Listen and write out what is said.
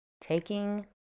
Taking